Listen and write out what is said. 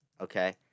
okay